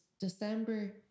December